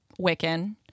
Wiccan